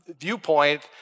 viewpoint